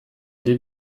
den